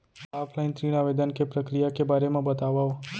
Offline ऋण आवेदन के प्रक्रिया के बारे म बतावव?